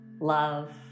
love